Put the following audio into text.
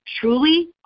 truly